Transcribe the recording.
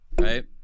right